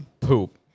poop